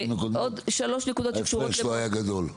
בשנים הקודמות ההפרש לא היה גדול.